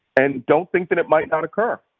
and don't think that it might not occur.